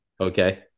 okay